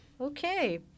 Okay